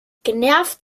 genervt